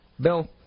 Bill